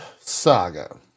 saga